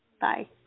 Bye